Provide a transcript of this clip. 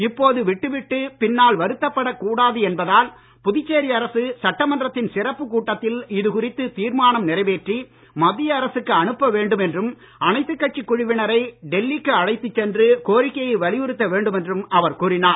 இப்போது விட்டுவிட்டு பின்னால் வருத்தப்படக் கூடாது என்பதால் புதுச்சேரி அரசு சட்டமன்றத்தின் சிறப்புக் கூட்டத்தில் இதுகுறித்து தீர்மானம் நிறைவேற்றி மத்திய அரசுக்கு அனுப்ப வேண்டும் என்றும் அனைத்துக் கட்சிக் குழுவினரை டெல்லிக்கு அழைத்துச் சென்று கோரிக்கையை வலியுறுத்த வேண்டும் என்றும் அவர் கூறி உள்ளார்